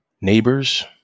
neighbors